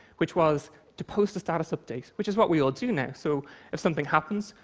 which was to post a status update, which is what we all do now, so if something happens,